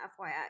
FYI